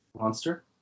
monster